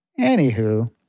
Anywho